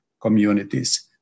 communities